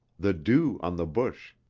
the dew on the bush,